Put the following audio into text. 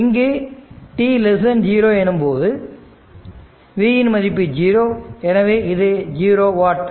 இங்கு t0 எனும்போது v இன் மதிப்பு 0 எனவே இது ஜீரோ வாட்